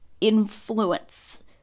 influence